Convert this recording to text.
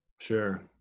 Sure